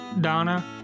Donna